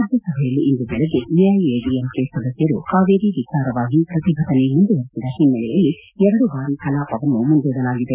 ರಾಜ್ಲಸಭೆಯಲ್ಲಿ ಇಂದು ಬೆಳಗ್ಗೆ ಎಐಎಡಿಎಂಕೆ ಸದಸ್ಲರು ಕಾವೇರಿ ವಿಚಾರವಾಗಿ ಪ್ರತಿಭಟನೆ ಮುಂದುವರೆಸಿದ ಹಿನ್ನೆಲೆಯಲ್ಲಿ ಎರಡು ಬಾರಿ ಕಲಾಪವನ್ನು ಮುಂದೂಡಲಾಗಿದೆ